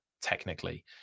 technically